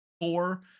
Four